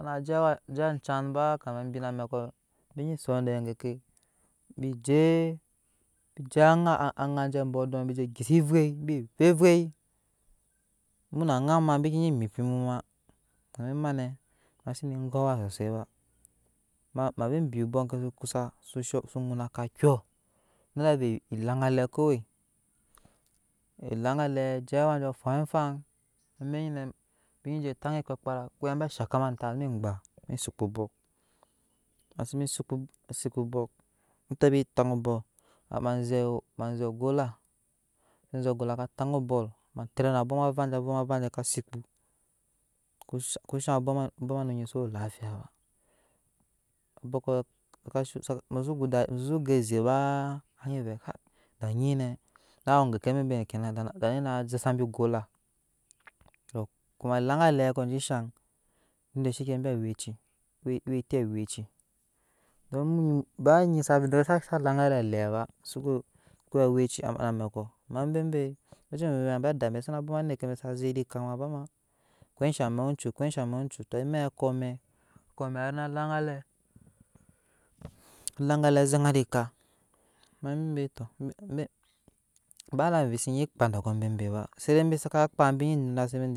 Suna je ajan ba kamabi na amɛkɔ bi nyin son dege geke bijee bije anŋaa je bɔɔ dɔɔ bije gesa evei muna anja mu ma binyi mippim kuma ema nɛ ma zene go awa sosai ba mabe bii obɔɔk ke zu koza so ŋun aka kyɔɔ marda avɛɛ laŋgalɛ kowe ke laŋgale je awa joo foi afan amɛk nyinɛ binyi je taŋ kpakpara mukoya bɛ zhakama antas ma gbena ma sikpu ook ma sebe sikpu bɔk matabe tŋ oball maze maze ogola mase zee ogola ka taŋ oball ma tere na abɔk ma ava eje abɔk ma vaa eje ka sikpu lushan kushan obɔk ma nonyi zowe lafiya ba obɔkɔ musi go dadi ba muthosi go ezeba anyi vɛe daa nyinɛ na we geke bebenɛ da nyina zɛ sabi golla tɔ kuma laŋgalɛ awecus eti aweci du don munyi ba ngi sa vɛɛ de ni sa laŋgalɛ aweci ba sukowe aweci ma amɛko ama bebe aweci bon bonɔ abe adabe sana bwoma neke be zek ede bama kosha amɛk oncu kosha mɛk oncu to emɛ wa ko amɛk na laŋgalɛ laŋgale zeŋa ede eka ama bebe tɔ bise nyi kpaa dɔthɔ bebe ba saka kpaa binyi nuna sebe vɛɛ.